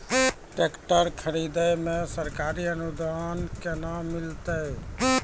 Tractor खरीदै मे सरकारी अनुदान केना मिलतै?